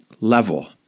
level